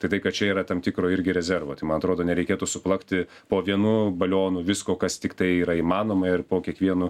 tai tai kad čia yra tam tikro irgi rezervo tai man atrodo nereikėtų suplakti po vienu balionu visko kas tiktai yra įmanoma ir po kiekvienu